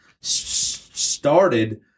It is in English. started